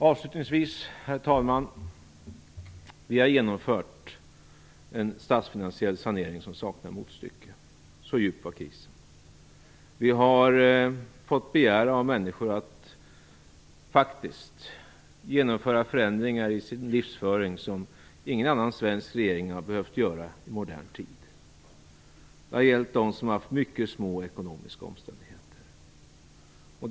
Avslutningsvis Herr talman: Vi har genomfört en statsfinansiell sanering som saknar motstycke. Så djup var krisen. Vi har fått begära av människor att genomföra förändringar i sin livsföring som ingen annan svensk regering behövt göra i modern tid. Det har gällt dem som har haft mycket små ekonomiska omständigheter.